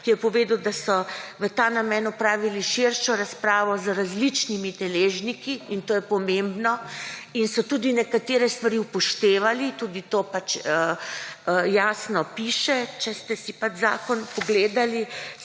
ki je povedal, da so v ta namen opravili širšo razpravo za različnimi deležniki. Te pomembno in so tudi nekatere stvari upoštevali, tudi to jasno piše, če ste si zakon pogledali.